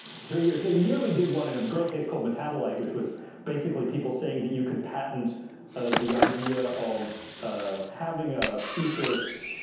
three years. they nearly did one in a great case called metabolite, which was basically people saying that you could patent the idea of ah having a thesis,